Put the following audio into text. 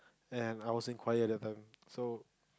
and I was in Choir that time so